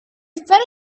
felt